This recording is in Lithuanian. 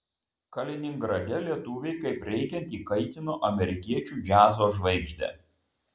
kaliningrade lietuviai kaip reikiant įkaitino amerikiečių džiazo žvaigždę